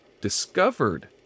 discovered